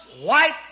white